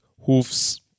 hoofs